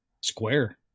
Square